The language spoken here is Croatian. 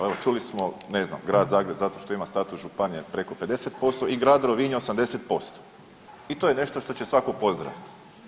Evo čuli smo ne znam Grad Zagreb zato što imam status županije preko 50% i grad Rovinj 80% i to je nešto što će svatko pozdraviti.